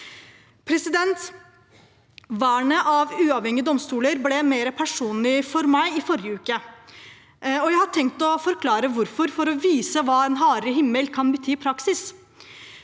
Vernet av uavhengige domstoler ble mer personlig for meg i forrige uke, og jeg har tenkt å forklare hvorfor for å vise hva en hardere himmel kan bety i praksis.